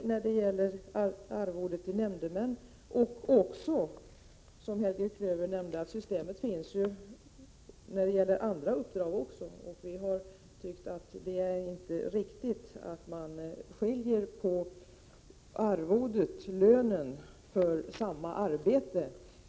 Det gäller arvodet till nämndemän, men - vilket Helge Klöver också nämnde —- systemet finns också beträffande andra uppdrag. Vi har tyckt att det inte är riktigt att göra en skillnad beträffande arvode för samma arbete.